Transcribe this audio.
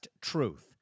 truth